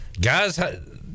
guys